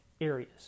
areas